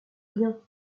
rien